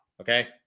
Okay